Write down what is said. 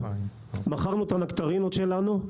מכרנו את הנקטרינות שלנו,